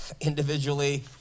Individually